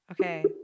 Okay